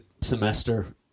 semester